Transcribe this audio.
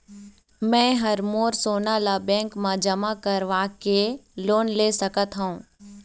मैं हर मोर सोना ला बैंक म जमा करवाके लोन ले सकत हो?